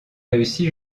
réussi